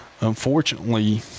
Unfortunately